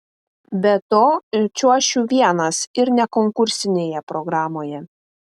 be to čiuošiu vienas ir ne konkursinėje programoje